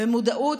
במודעות,